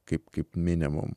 kaip kaip minimum